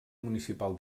municipal